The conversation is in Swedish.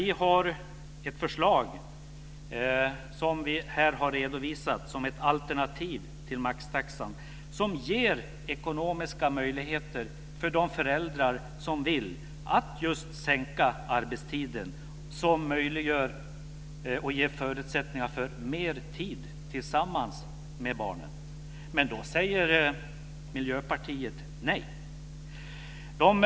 Vi har ett förslag som vi här har redovisat som ett alternativ till maxtaxan vilket ger ekonomiska möjligheter för de föräldrar som så vill att sänka arbetstiden och förutsättningar för mer tid tillsammans med barnen. Det säger Miljöpartiet nej till.